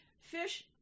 fish